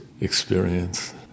experience